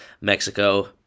Mexico